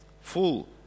full